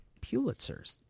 Pulitzers